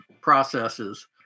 processes